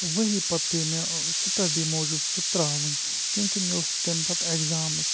ؤری پَتہٕ پے مےٚ سٕٹَڈی موٗجوٗب سُہ ترٛاوٕنۍ کیونکہِ مےٚ اوس تَمہِ پَتہٕ اٮ۪کزام